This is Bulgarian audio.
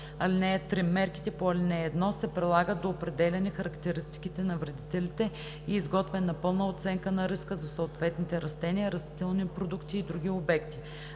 ал. 1. (3) Мерките по ал. 1 се прилагат до определяне характеристиките на вредителите и изготвяне на пълна оценка на риска за съответните растения, растителни продукти и други обекти.